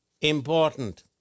important